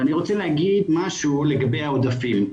ואני רוצה להגיד משהו לגבי העודפים.